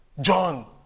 John